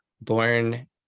born